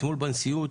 אתמול בנשיאות,